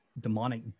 demonic